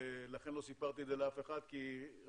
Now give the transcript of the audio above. לכן לא סיפרתי את זה לאף אחד כי רציתי